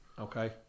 okay